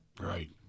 Right